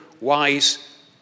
wise